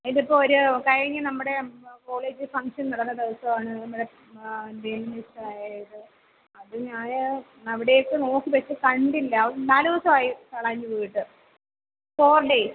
അതിൻ്റെ ഇപ്പോള് ഒരു കഴിഞ്ഞ നമ്മുടെ കോളേജ് ഫംഗ്ഷൻ നടന്ന ദിവസമാണ് മിസ്സായത് അത് ഞാന് അവിടെയൊക്കെ നോക്കി പക്ഷേ കണ്ടില്ല നാലു ദിവസമായി കളഞ്ഞുപോയിട്ട് ഫോർ ഡേയ്സ്